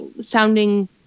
sounding